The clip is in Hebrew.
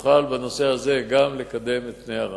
נוכל גם בנושא הזה לקדם את פני הרעה.